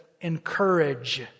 Encourage